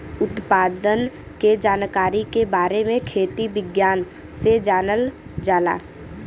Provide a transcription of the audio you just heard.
उत्पादन के जानकारी के बारे में खेती विज्ञान से जानल जाला